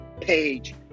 page